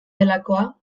delakoa